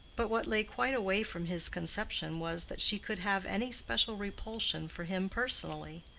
but what lay quite away from his conception was, that she could have any special repulsion for him personally.